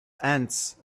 ants